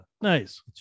Nice